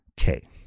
Okay